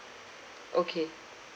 okay